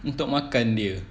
untuk makan dia